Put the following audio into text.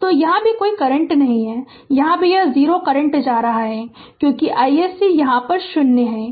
तो यहाँ भी कोई करंट नहीं है यहाँ भी यह 0 करंट जा रहा है क्योंकि iSC यहाँ यह 0 है